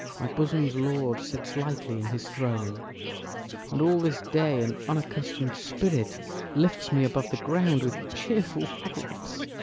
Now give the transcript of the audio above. my bosom's lord sits lightly in his throne and all this day an unaccustom'd spirit lifts me above the ground with cheerful thoughts.